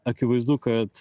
akivaizdu kad